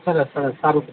સરસ સરસ સારું કહેવાય